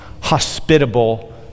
hospitable